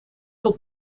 tot